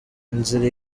inzira